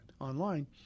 online